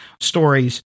stories